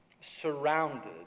surrounded